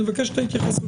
נבקש את ההתייחסות